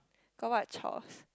got what chores